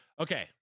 okay